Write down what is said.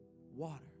Water